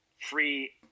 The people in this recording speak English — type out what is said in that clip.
free